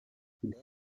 there